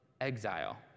exile